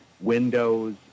windows